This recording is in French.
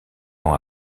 ans